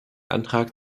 antrag